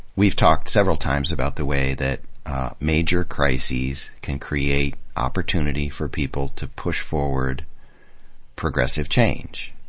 we've talked several times about the way that major crises can create opportunity for people to push forward progressive change,